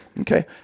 Okay